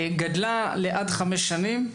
גדלה לעד חמש שנים,